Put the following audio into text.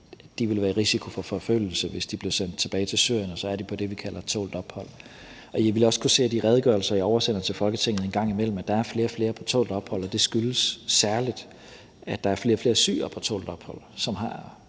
de ville være i risiko for forfølgelse, hvis de blev sendt tilbage til Syrien – og så er de på det, vi kalder for tålt ophold. I vil også kunne se i de redegørelser, jeg oversender til Folketinget en gang imellem, at der er flere og flere på tålt ophold, og det skyldes særligt, at der er flere og flere syrere på tålt ophold, som har